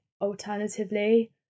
alternatively